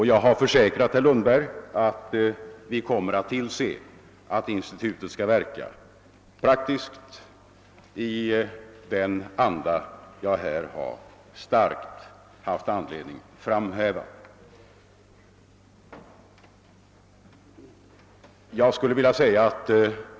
Jag har försäkrat herr Lundberg, att vi kommer att tillse att institutet skall verka praktiskt i den anda som jag här har haft anledning att starkt framhäva.